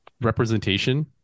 representation